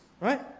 Right